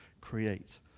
create